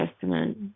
Testament